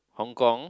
Hong Kong